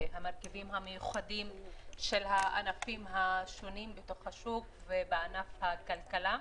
והמרכיבים המיוחדים של הענפים השונים בתוך השוק ובענף הכלכלה.